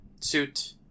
suit